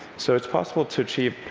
so it's possible to achieve,